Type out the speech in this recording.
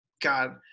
God